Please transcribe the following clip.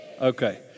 Okay